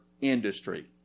industry